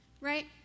right